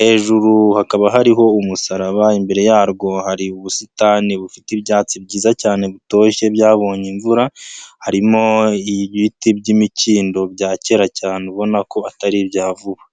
hejuru hakaba hariho umusaraba imbere yarwo hari ubusitani bufite ibyatsi byiza cyane bitoshye byabonye imvura, harimo ibiti by'imikindo bya kera cyane ubona ko atari ibya vuba.